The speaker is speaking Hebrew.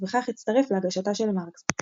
שהייתה שונה באופייה משידורי גלגלצ במהלך שאר שעות היום.